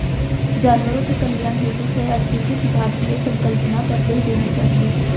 जानवरों के कल्याण हेतु सहअस्तित्व की भारतीय संकल्पना पर बल देना चाहिए